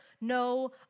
no